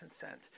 consent